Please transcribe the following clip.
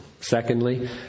Secondly